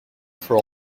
for